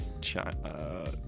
China